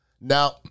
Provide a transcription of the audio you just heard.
Now